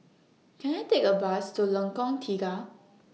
Can I Take A Bus to Lengkong Tiga